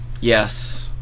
Yes